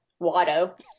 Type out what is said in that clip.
Watto